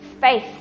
faith